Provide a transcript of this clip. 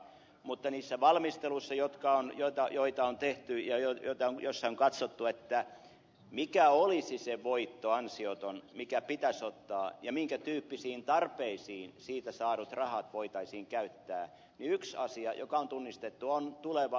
mutta niissä valmisteluissa joita on tehty ja joissa on katsottu mikä olisi se ansioton voitto mikä pitäisi ottaa ja minkä tyyppisiin tarpeisiin siitä saadut rahat voitaisiin käyttää yksi asia joka on tunnistettu on tuleva syöttötariffi